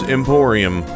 Emporium